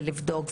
ולבדוק,